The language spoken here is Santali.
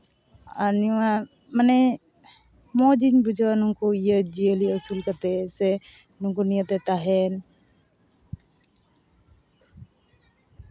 ᱟᱨ ᱱᱚᱣᱟ ᱢᱟᱱᱮ ᱢᱚᱡᱤᱧ ᱵᱩᱡᱷᱟᱹᱣᱟ ᱱᱩᱠᱩ ᱡᱤᱭᱟᱹᱞᱤ ᱟᱹᱥᱩᱞ ᱠᱟᱛᱮᱫ ᱥᱮ ᱱᱩᱠᱩ ᱱᱤᱭᱟᱹᱛᱮ ᱛᱟᱦᱮᱱ